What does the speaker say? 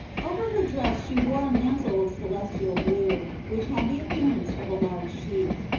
over her dress she wore a mantle of celestial blue, which had the appearance of a large sheet.